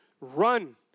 run